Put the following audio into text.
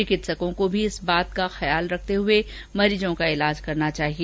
चिकित्सकों को भी इस बात का ख्याल रखते हए ही मरीजों का इलाज करना चाहिए